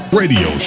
radio